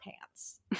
pants